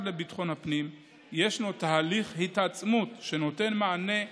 לביטחון הפנים יש תהליך התעצמות שנותן מענה לפערים,